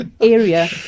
area